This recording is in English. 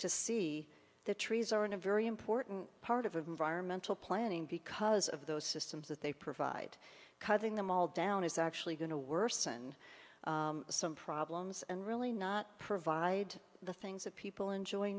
to see the trees are in a very important part of environmental planning because of those systems that they provide cutting them all down is actually going to worsen some problems and really not provide the things that people enjoy